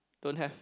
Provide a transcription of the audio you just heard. don't have